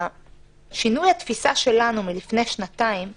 שינוי התפיסה שלנו מלפני שנתיים הוא,